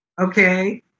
Okay